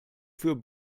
für